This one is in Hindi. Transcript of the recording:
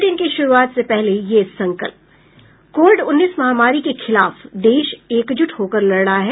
बुलेटिन की शुरूआत से पहले ये संकल्प कोविड उन्नीस महामारी के खिलाफ देश एकजुट होकर लड़ रहा है